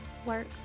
work